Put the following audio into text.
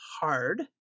hard